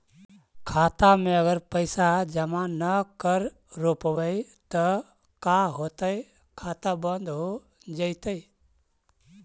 खाता मे अगर पैसा जमा न कर रोपबै त का होतै खाता बन्द हो जैतै?